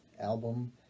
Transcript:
album